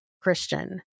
Christian